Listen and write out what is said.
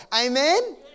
Amen